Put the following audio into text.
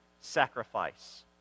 sacrifice